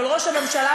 אבל ראש הממשלה,